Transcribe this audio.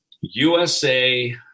USA